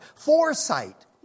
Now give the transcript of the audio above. Foresight